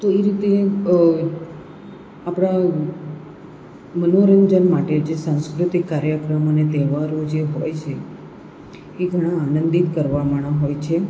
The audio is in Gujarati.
તો એ રીતે આપણા મનોરંજન માટે જે સાંસ્કૃતિક કાર્યક્રમ અને તહેવારો જે હોય છે એ ઘણા આનંદિત કરવાવાળા હોય છે